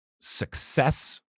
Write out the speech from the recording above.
success